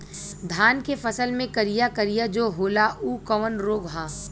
धान के फसल मे करिया करिया जो होला ऊ कवन रोग ह?